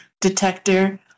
detector